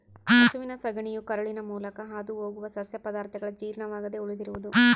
ಹಸುವಿನ ಸಗಣಿಯು ಕರುಳಿನ ಮೂಲಕ ಹಾದುಹೋಗುವ ಸಸ್ಯ ಪದಾರ್ಥಗಳ ಜೀರ್ಣವಾಗದೆ ಉಳಿದಿರುವುದು